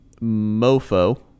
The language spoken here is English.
Mofo